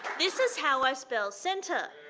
this is how i spell center.